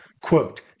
Quote